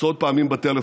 עשרות פעמים בטלפון,